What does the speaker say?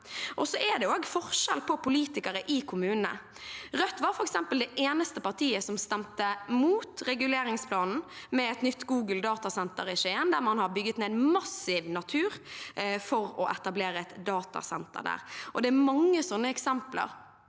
Det er også forskjell på politikere i kommunene. Rødt var f.eks. det eneste partiet som stemte mot reguleringsplanen for et nytt datasenter for Google i Skien, der man har bygget ned massiv natur for å etablere et datasenter. Det er mange sånne eksempler.